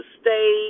stay